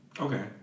Okay